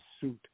suit